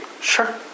Sure